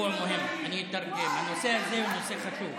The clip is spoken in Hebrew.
התגעגענו, שלא נבין מה מדברים פה.